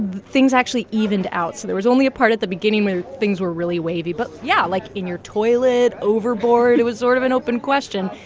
things actually evened out. so there was only a part at the beginning where things were really wavy. but, yeah like, in your toilet, overboard? it was sort of an open question.